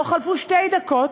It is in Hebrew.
לא חלפו שתי דקות,